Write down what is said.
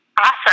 Awesome